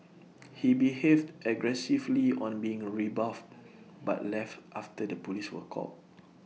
he behaved aggressively on being rebuffed but left after the Police were called